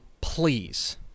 please